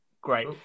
great